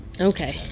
Okay